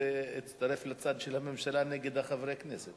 הצטרף לצד של הממשלה נגד חברי הכנסת.